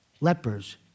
Lepers